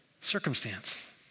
circumstance